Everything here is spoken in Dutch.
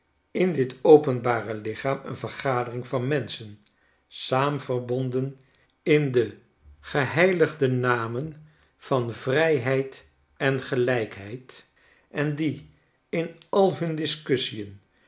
in dit openbare lichaam een vergadering van menschen saamverbonden in de geheiligde namen van vrijheid en gelijkheid en die in al